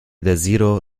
deziro